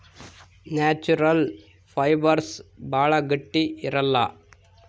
natural fibres ಭಾಳ ಗಟ್ಟಿ ಇರಲ್ಲ